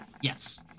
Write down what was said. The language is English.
Yes